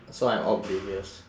so I'm oblivious